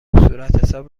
صورتحساب